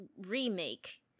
remake